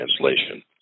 translation